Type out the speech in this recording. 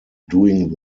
doing